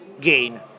gain